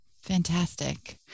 Fantastic